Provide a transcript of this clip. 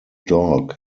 dog